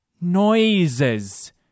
Noises